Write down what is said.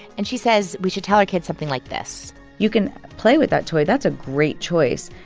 and she says we should tell our kids something like this you can play with that toy. that's a great choice.